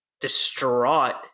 distraught